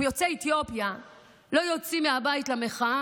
אם יוצאי אתיופיה לא יוצאים מהבית למחאה,